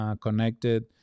connected